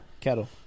kettle